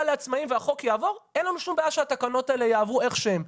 לעצמאים והחוק יעבור אין לנו שום בעיה שהתקנות האלה יעברו איך שהן.